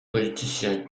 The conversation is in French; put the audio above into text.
politicien